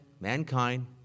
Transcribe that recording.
mankind